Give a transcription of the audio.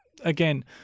again